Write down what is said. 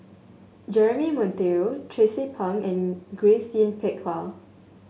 Jeremy Monteiro Tracie Pang and Grace Yin Peck Ha